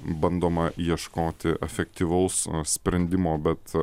bandoma ieškoti efektyvaus sprendimo bet